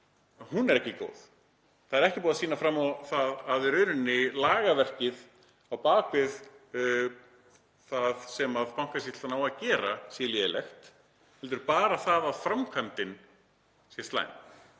er ekki góð. Það er ekki búið að sýna fram á það að lagaverkið á bak við það sem Bankasýslan á að gera sé lélegt heldur bara það að framkvæmdin sé slæm.